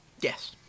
Yes